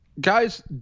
Guys